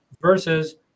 versus